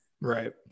Right